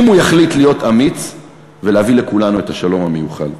אם הוא יחליט להיות אמיץ ולהביא לכולנו את השלום המיוחל.